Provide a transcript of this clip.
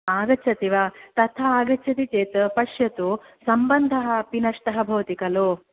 आगच्छति वा तथा आगच्छति चेत् पश्यतु सम्बन्धः अपि नष्टः भवति खलु